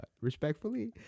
respectfully